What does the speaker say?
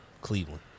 Cleveland